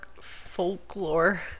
folklore